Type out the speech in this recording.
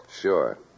Sure